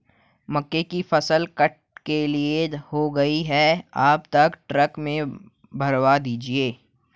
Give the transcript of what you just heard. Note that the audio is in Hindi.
मक्के की फसल कट के तैयार हो गई है अब इसे ट्रक में भरवा दीजिए